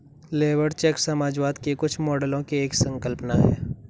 labour check समाजवाद के कुछ मॉडलों की एक संकल्पना है